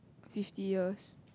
fifty years